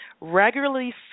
regularly